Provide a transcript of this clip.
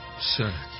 Sir